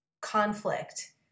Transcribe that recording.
conflict